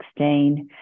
2016